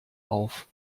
auf